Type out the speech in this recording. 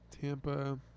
Tampa